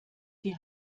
die